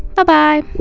but bye.